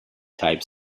type